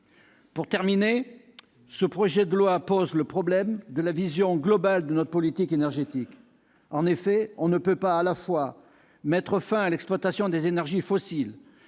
Pour terminer, le projet de loi pose le problème de la vision globale de notre politique énergétique. En effet, on ne peut pas à la fois mettre fin à l'exploitation des énergies fossiles,